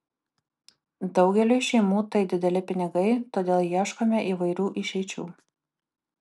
daugeliui šeimų tai dideli pinigai todėl ieškome įvairių išeičių